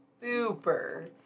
Super